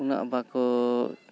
ᱩᱱᱟᱹᱜ ᱵᱟᱠᱚ